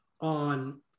On